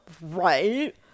Right